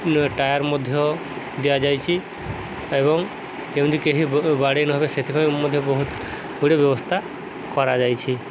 tyre ମଧ୍ୟ ଦିଆଯାଇଛି ଏବଂ ଯେମିତି କେହି ବାଡ଼େଇ ନହେବେ ସେଥିପାଇଁ ମଧ୍ୟ ବହୁତଗୁଡ଼ିଏ ବ୍ୟବସ୍ଥା କରାଯାଇଛି